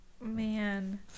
man